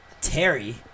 Terry